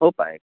ہو پائے گا